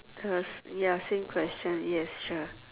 cause ya same question yes sure